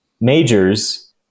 majors